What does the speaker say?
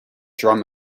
drum